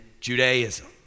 Judaism